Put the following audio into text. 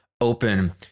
open